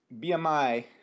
BMI